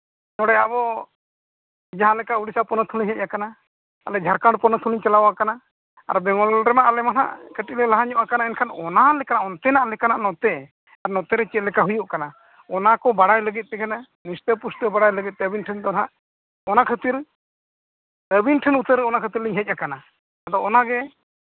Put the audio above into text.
ᱱᱚᱸᱰᱮ ᱟᱵᱚ ᱡᱟᱦᱟᱸ ᱞᱮᱠᱟ ᱩᱲᱤᱥᱥᱟ ᱯᱚᱱᱚᱛ ᱠᱷᱚᱱᱞᱤᱧ ᱦᱮᱡ ᱟᱠᱟᱱᱟ ᱚᱸᱰᱮ ᱡᱷᱟᱲᱠᱷᱚᱸᱰ ᱯᱚᱱᱚᱛ ᱦᱚᱸᱞᱤᱧ ᱪᱟᱞᱟᱣ ᱟᱠᱟᱱᱟ ᱟᱨ ᱵᱮᱝᱜᱚᱞ ᱨᱮᱢᱟ ᱟᱞᱮᱢᱟ ᱦᱟᱸᱜ ᱠᱟᱹᱴᱤᱡᱞᱮ ᱞᱟᱦᱟ ᱧᱚᱜ ᱟᱠᱟᱱᱟ ᱢᱮᱱᱠᱷᱟᱱ ᱚᱱᱟ ᱞᱮᱠᱟ ᱚᱱᱛᱮᱱᱟᱜ ᱞᱮᱠᱟᱱᱟᱜ ᱱᱚᱱᱛᱮ ᱟᱨ ᱱᱚᱛᱮᱨᱮ ᱪᱮᱫ ᱞᱮᱠᱟ ᱦᱩᱭᱩᱜ ᱠᱟᱱᱟ ᱚᱱᱟ ᱠᱚ ᱵᱟᱲᱟᱭ ᱞᱟᱹᱜᱤᱫ ᱛᱮᱜᱮ ᱦᱟᱸᱜ ᱯᱩᱥᱴᱟᱹ ᱯᱩᱥᱴᱟᱹ ᱵᱟᱲᱟᱭ ᱞᱟᱹᱜᱤᱫ ᱛᱮ ᱟᱹᱵᱤᱱ ᱴᱷᱮᱱ ᱫᱚ ᱦᱟᱸᱜ ᱚᱱᱟ ᱠᱷᱟᱹᱛᱤᱨ ᱟᱹᱵᱤᱱ ᱴᱷᱮᱱ ᱩᱥᱟᱹᱨᱟ ᱚᱱᱟ ᱠᱷᱟᱹᱛᱤᱨ ᱞᱤᱧ ᱦᱮᱡ ᱟᱠᱟᱱᱟ ᱟᱫᱚ ᱚᱱᱟᱜᱮ